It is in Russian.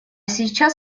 сейчас